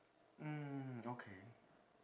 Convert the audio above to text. mm okay